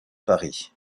paris